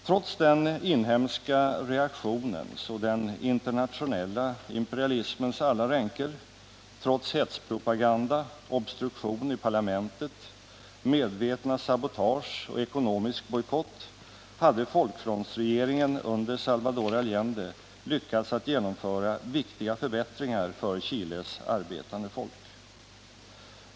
Trots den inhemska reaktionens och den internationella imperialismens alla ränker — trots hetspropaganda, obstruktion i parlamentet, medvetna sabotage och ekonomisk bojkott — hade folkfrontsregeringen under Salvador Allende lyckats att genomföra viktiga förbättringar för Chiles arbetande folk.